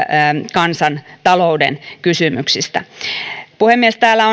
kansantalouden kysymyksistä puhemies täällä